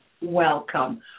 Welcome